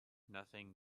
nothing